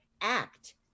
act